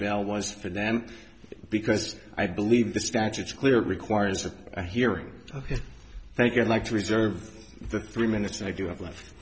bell was for them because i believe the statutes clear it requires a hearing ok thank you i'd like to reserve the three minutes i do have left